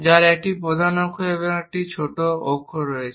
যার একটি প্রধান অক্ষ এবং ছোট অক্ষ রয়েছে